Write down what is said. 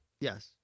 Yes